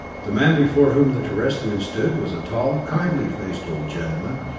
the man before whom the terrestrians stood was a tall, kindly-faced old gentleman.